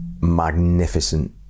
magnificent